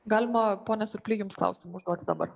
galima pone surply klausimą užduoti dabar